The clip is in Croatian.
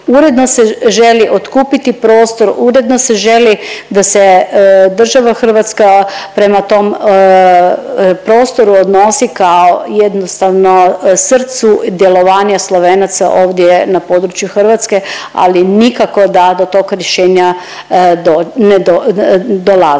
uredno se želi otkupiti prostor, uredno se želi da se država Hrvatska prema tom prostoru odnosi kao jednostavno srcu djelovanja Slovenaca ovdje na području Hrvatske, ali nikako da do tog rješenja dolazi.